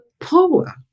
power